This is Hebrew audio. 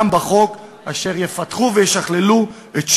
בחן את התיקונים הנדרשים בחוק של קרנות הריט